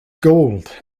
gold